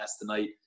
tonight